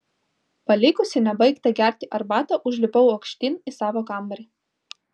palikusi nebaigtą gerti arbatą užlipau aukštyn į savo kambarį